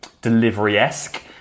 delivery-esque